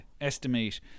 estimate